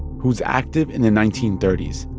who's active in the nineteen thirty s,